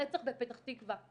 הרצח בפתח תקווה,